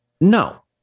No